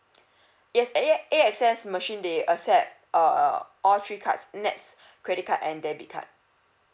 yes a~ air access machine they accept err all three cards nets credit card and debit card